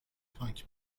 تانک